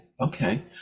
Okay